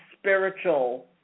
spiritual